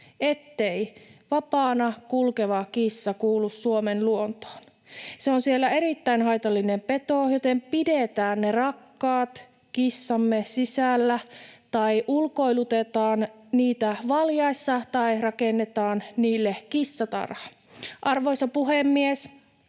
ettei vapaana kulkeva kissa kuulu Suomen luontoon. Se on siellä erittäin haitallinen peto, joten pidetään ne rakkaat kissamme sisällä tai ulkoilutetaan niitä valjaissa tai rakennetaan niille kissatarha. Arvoisa puhemies!